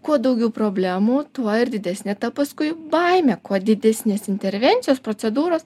kuo daugiau problemų tuo ir didesnė ta paskui baimė kuo didesnės intervencijos procedūros